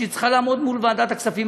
שהיא צריכה לעמוד מול ועדת הכספים,